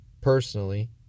personally